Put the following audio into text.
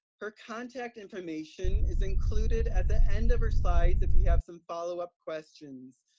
her contact information is included at the end of our slides if you have some follow up questions.